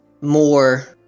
more